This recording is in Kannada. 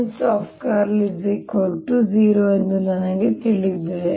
ಮತ್ತು H0 ಎಂದು ನನಗೆ ತಿಳಿದಿದೆ